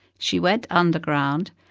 she went underground,